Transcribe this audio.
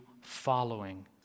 following